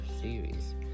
series